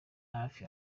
hafi